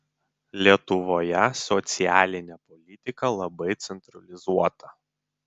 lietuvoje socialinė politika labai centralizuota